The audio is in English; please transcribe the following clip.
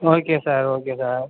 okay sir okay sir